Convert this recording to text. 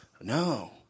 No